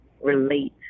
relate